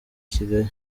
kigali